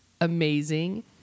amazing